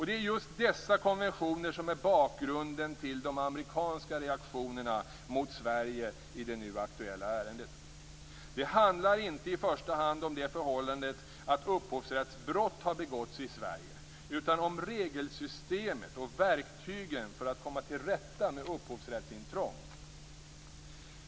Det är just dessa konventioner som är bakgrunden till de amerikanska reaktionerna mot Sverige i det nu aktuella ärendet. Det handlar inte i första hand om det förhållandet att upphovsrättsbrott har begåtts i Sverige, utan om regelsystemet och verktygen för att komma till rätta med upphovsrättsintrång.